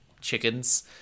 chickens